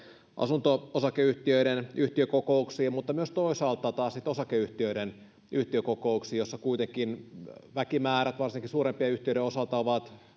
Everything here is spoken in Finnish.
asunto osakeyhtiöiden yhtiökokouksiin mutta toisaalta taas myös osakeyhtiöiden yhtiökokouksiin joissa kuitenkin väkimäärät varsinkin suurempien yhtiöiden osalta ovat